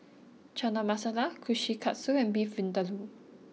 Chana Masala Kushikatsu and Beef Vindaloo